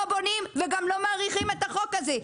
לא בונים וגם לא מאריכים את החוק הזה.